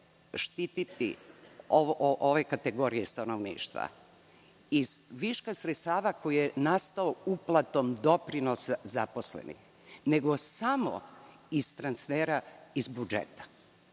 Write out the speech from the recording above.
štititi ove kategorije stanovništva iz viška sredstava koji je nastao uplatom doprinosa zaposlenih, nego samo iz transfera iz budžeta.